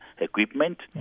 equipment